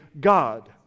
God